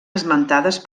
esmentades